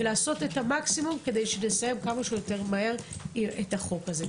ולעשות את המקסימום כדי שנסיים כמה שיותר מהר את החוק הזה.